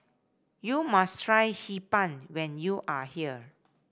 you must try Hee Pan when you are here